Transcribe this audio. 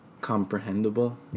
comprehensible